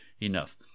enough